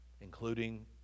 including